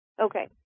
Okay